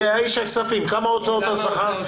איש הכספים, כמה הוצאות על שכר?